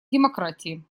демократии